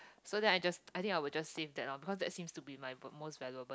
so then I just I would just save that lor because that seems to be my most valuable